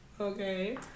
Okay